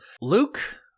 Luke